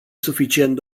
suficient